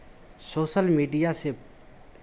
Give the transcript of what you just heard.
social media से